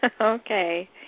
Okay